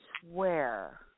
swear